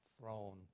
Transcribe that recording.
throne